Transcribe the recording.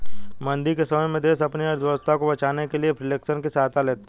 मंदी के समय में देश अपनी अर्थव्यवस्था को बचाने के लिए रिफ्लेशन की सहायता लेते हैं